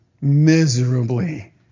Miserably